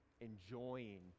enjoying